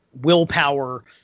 Willpower